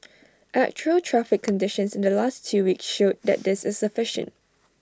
actual traffic conditions in the last two weeks showed that this is sufficient